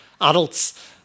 adults